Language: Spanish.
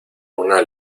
una